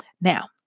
Now